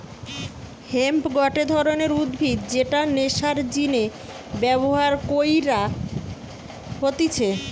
hemp গটে ধরণের উদ্ভিদ যেটা নেশার জিনে ব্যবহার কইরা হতিছে